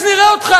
אז נראה אותך,